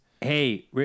Hey